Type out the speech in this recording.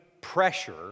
pressure